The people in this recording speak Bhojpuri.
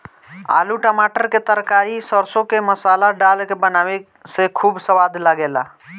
आलू टमाटर के तरकारी सरसों के मसाला डाल के बनावे से खूब सवाद लागेला